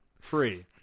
Free